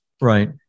Right